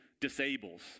disables